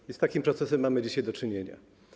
I z takim procesem mamy dzisiaj do czynienia.